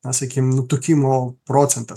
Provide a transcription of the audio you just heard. na sakykim nutukimo procentas